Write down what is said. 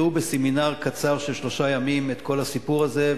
הם ילמדו בסמינר קצר של שלושה ימים את כל הסיפור הזה,